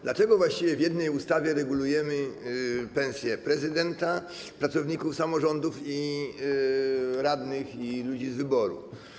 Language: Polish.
Dlaczego właściwie w jednej ustawie regulujemy pensję prezydenta, pracowników samorządów, radnych i ludzi z wyboru?